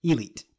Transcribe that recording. Elite